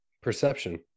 Perception